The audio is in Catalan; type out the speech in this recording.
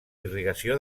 irrigació